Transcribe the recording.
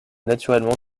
naturellement